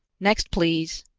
next, please.